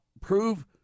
prove